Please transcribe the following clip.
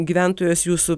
gyventojos jūsų